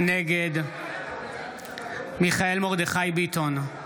נגד מיכאל מרדכי ביטון,